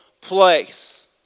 place